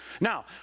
Now